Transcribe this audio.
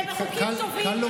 ובחוקים טובים,